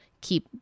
keep